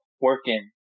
working